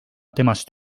temast